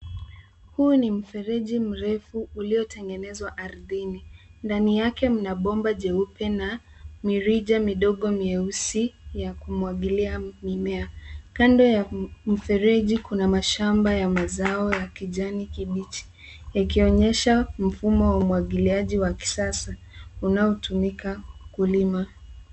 Huu ni mfereji mrefu uliotengenezwa ardhini. Ndani yake mna bomba jeupe na mirija midogo mieusi ya kumwagilia mimea. Kando ya mfereji kuna mashamba ya mazao ya kijani kibichi, yakionyesha mfumo wa umwagiliaji wa kisasa unaotumika kulima.